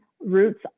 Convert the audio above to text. roots